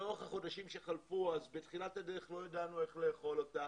לאורך החודשים שחלפו אז בתחילת הדרך לא ידענו איך לאכול את זה.